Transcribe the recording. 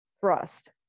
thrust